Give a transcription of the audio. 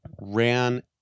ran